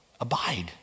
abide